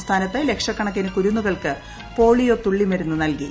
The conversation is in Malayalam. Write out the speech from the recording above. സംസ്ഥാനത്ത് ലക്ഷക്കണക്കിന് കുരുന്നുകൾക്ക് പോളിയോ തുള്ളിമരുന്ന് നൽകി